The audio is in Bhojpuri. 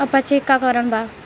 अपच के का कारण बा?